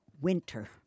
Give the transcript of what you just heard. Winter